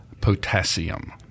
potassium